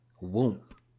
Whoop